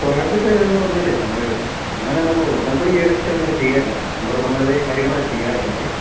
square feet എന്നു പറഞ്ഞേലേ നമ്മളേ അങ്ങനെ നമ്മള് ഉടമ്പടി എടുത്തങ്ങനെ ചെയ്യാറില്ല തച്ചിന്പുറത്തുള്ളതേ കാര്യങ്ങളെ ചെയ്യാറുള്ളതേ